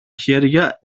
χέρια